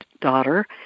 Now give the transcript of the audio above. daughter